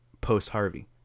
Post-Harvey